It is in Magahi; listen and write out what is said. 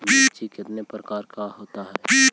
मिर्ची कितने प्रकार का होता है?